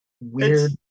weird